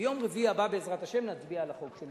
ביום רביעי הבא, בעזרת השם, נצביע על החוק של